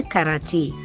Karachi